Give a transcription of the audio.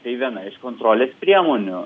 tai viena iš kontrolės priemonių